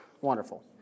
Wonderful